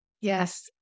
Yes